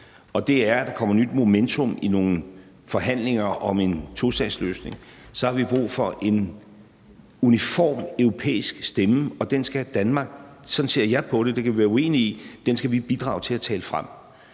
og det er, at der kommer et nyt momentum i nogle forhandlinger om en tostatsløsning. Så vi har brug for en uniform europæisk stemme, og den skal Danmark – sådan ser jeg på det; det kan vi være uenige om – bidrage til at tale frem,